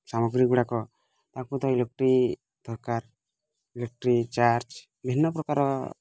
ସାମଗ୍ରୀ ଗୁଡ଼ାକ ୟାକୁ ତ ଇଲେଟ୍ରିକ୍ ଦରକାର ଇଲେଟ୍ରିକ୍ ଚାର୍ଜ ବିଭିନ୍ନ ପ୍ରକାର